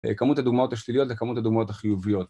כמות הדוגמאות השליליות וכמות הדוגמאות החיוביות